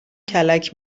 کلک